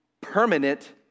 permanent